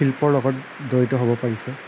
শিল্পৰ লগত জড়িত হ'ব পাৰিছে